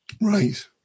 right